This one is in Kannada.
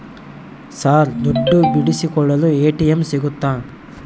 ಸರ್ ದುಡ್ಡು ಬಿಡಿಸಿಕೊಳ್ಳಲು ಎ.ಟಿ.ಎಂ ಸಿಗುತ್ತಾ?